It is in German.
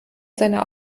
seiner